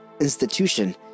institution